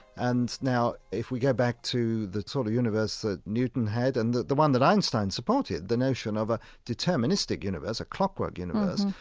and now, if we go back to the sort of universe that newton had and the the one that einstein supported, the notion of a deterministic universe, a clockwork universe,